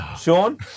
Sean